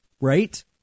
Right